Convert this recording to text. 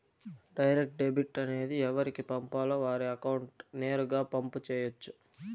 direct debit అనేది ఎవరికి పంపాలో వారి అకౌంట్ నేరుగా పంపు చేయొచ్చు